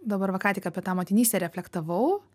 dabar va ką tik apie tą motinystę reflektavau